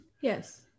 Yes